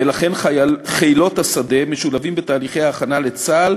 ולכן חילות השדה משולבים בתהליכי ההכנה לצה"ל,